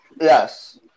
Yes